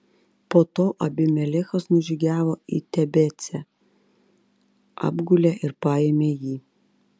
po to abimelechas nužygiavo į tebecą apgulė ir paėmė jį